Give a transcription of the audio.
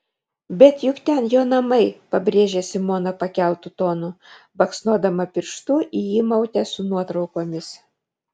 bet juk ten jo namai pabrėžė simona pakeltu tonu baksnodama pirštu į įmautę su nuotraukomis